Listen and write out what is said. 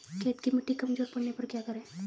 खेत की मिटी कमजोर पड़ने पर क्या करें?